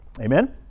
Amen